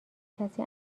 کسی